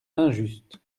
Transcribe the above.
injuste